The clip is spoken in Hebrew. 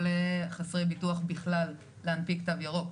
או לחסרי ביטוח בכלל להנפיק תו ירוק.